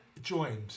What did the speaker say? joined